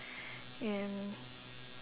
and